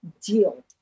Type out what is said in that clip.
deal